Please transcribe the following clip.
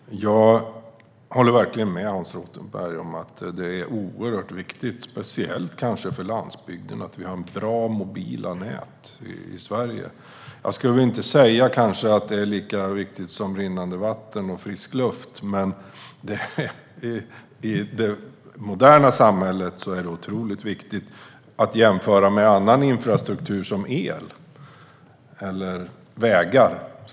Herr talman! Jag håller verkligen med Hans Rothenberg om att det är oerhört viktigt för speciellt landsbygden att vi har bra mobila nät i Sverige. Jag skulle kanske inte säga att det är lika viktigt som rinnande vatten och frisk luft, men i det moderna samhället är det otroligt viktigt. Det är fullt rimligt att jämföra med annan infrastruktur som el eller vägar.